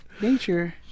Nature